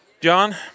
john